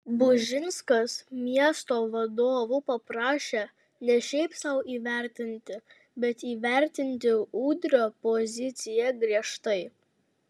bužinskas miesto vadovų paprašė ne šiaip sau įvertinti bet įvertinti udrio poziciją griežtai